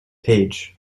page